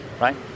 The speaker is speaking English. right